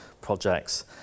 projects